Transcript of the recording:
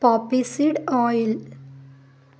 poppyseed oil